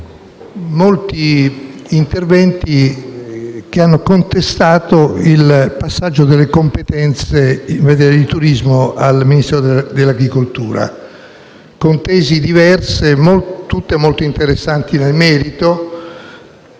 molti interventi che hanno contestato il passaggio delle competenze in materia di turismo al Ministero dell'agricoltura con tesi diverse, tutte molto interessanti nel merito,